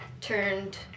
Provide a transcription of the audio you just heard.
turned